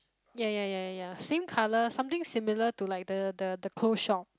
ya ya ya ya ya same colour something similar to like the the the clothes shop